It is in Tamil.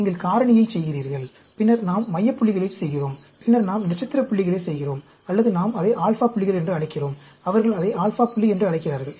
நீங்கள் காரணியைச் செய்கிறீர்கள் பின்னர் நாம் மைய புள்ளிகளைச் செய்கிறோம் பின்னர் நாம் நட்சத்திர புள்ளிகளைச் செய்கிறோம் அல்லது நாம் அதை α புள்ளிகள் α points என்று அழைக்கிறோம் அவர்கள் அதை α புள்ளி என்று அழைக்கிறார்கள்